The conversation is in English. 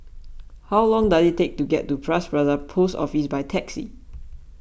how long does it take to get to Bras Basah Post Office by taxi